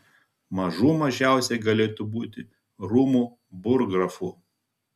mažų mažiausiai galėtų būti rūmų burggrafu